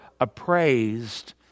appraised